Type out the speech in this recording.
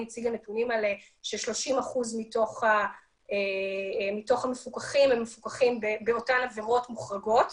הציגה נתונים ש-30% מתוך המפוקחים הם באותן עבירות מוחרגות